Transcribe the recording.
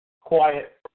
quiet